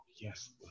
Yes